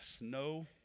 No